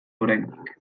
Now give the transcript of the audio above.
oraindik